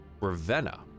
Ravenna